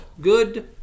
Good